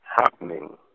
happening